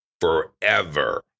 forever